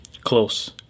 Close